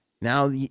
now